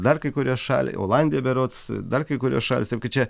dar kai kurios šaly olandija berods dar kai kurios šalys taip kad čia